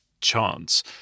chance